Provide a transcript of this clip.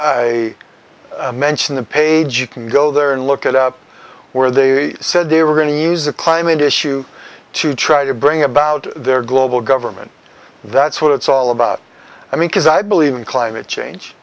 a mention the page you can go there and look it up where they said they were going to use the climate issue to try to bring about their global government that's what it's all about i mean because i believe in climate change